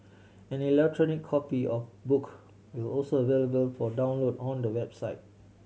an electronic copy of book will also available for download on the website